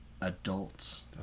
adults